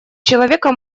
человека